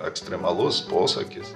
ekstremalus posakis